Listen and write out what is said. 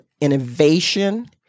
innovation